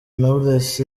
knowless